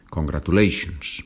Congratulations